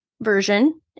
version